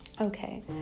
Okay